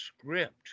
script